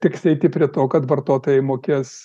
teks eiti prie to kad vartotojai mokės